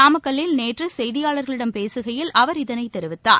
நாமக்கல்லில் நேற்று செய்தியாளர்களிடம் பேசுகையில் அவர் இதனைத் தெரிவித்தார்